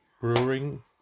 brewing